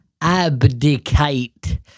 abdicate